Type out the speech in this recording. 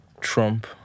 Trump